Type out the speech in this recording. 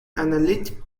analytic